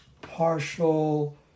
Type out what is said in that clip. partial